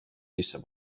sisse